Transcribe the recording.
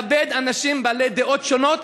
לכבד אנשים בעלי דעות שונות,